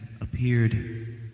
appeared